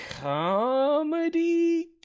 comedy